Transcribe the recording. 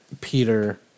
Peter